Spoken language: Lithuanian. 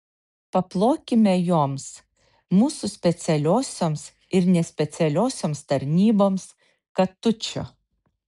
paplokime joms mūsų specialiosioms ir nespecialiosioms tarnyboms katučių